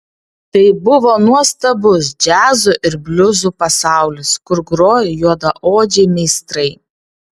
tai buvo nuostabus džiazo ir bliuzų pasaulis kur grojo juodaodžiai meistrai